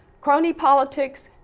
crony politics,